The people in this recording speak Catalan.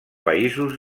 països